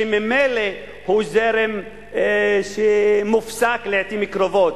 שממילא הוא זרם שמופסק לעתים קרובות,